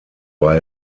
war